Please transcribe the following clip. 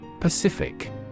Pacific